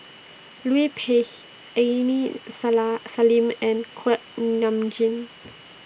Liu Peihe Aini Sala Salim and Kuak Nam Jin